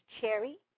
Cherry